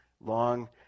Long